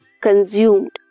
consumed